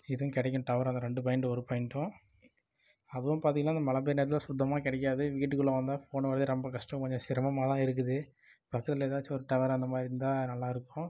இதுவும் கிடைக்கும் டவர் அந்த ரெண்டு பாயிண்ட் ஒரு பாயிண்ட்டும் அதுவும் பார்த்திங்கனா அந்த மழைப்பெய்யுற நேரத்தில் சுத்தமாக கிடைக்காது வீட்டுக்குள்ளே வந்தால் ஃபோன் வரதே ரொம்ப கஷ்டம் கொஞ்சம் சிரமமாகதான் இருக்குது ஏதாச்சும் ஒரு டவர் அந்தமாதிரி இருந்தால் நல்லா இருக்கும்